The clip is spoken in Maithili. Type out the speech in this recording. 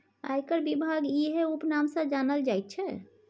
आयकर विभाग इएह उपनाम सँ जानल जाइत छै